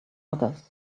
others